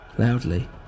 Loudly